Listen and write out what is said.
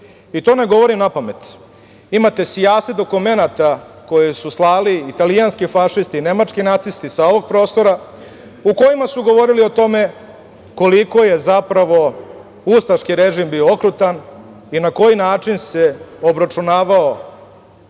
I to ne govorim napamet. Imate sijaset dokumenata koji su slali italijanski fašisti, nemački nacisti sa ovog prostora u kojima su govorili o tome koliko je zapravo ustaški režim bio okrutan i na koji način se obračunavao